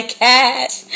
cash